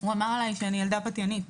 הוא אמר להם שאני ילדה פתיינית,